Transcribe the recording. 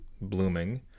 blooming